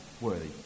worthy